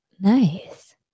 nice